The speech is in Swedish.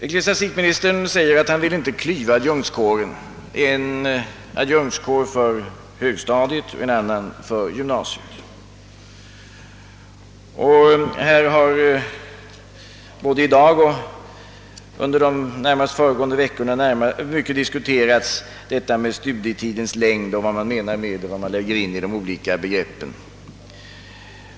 Ecklesiastikministern säger att han inte vill klyva adjunktskåren, så att vi får en adjunktskår för högstadiet och en annan för gymnasiet. Både i dag och under de senaste veckorna har mycket diskuterats studietidens längd, vad som menas därmed och vilken betydelse man lägger in i de olika begreppen.